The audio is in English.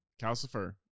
Calcifer